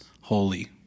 holy